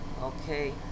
Okay